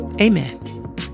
amen